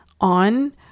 on